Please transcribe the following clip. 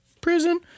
prison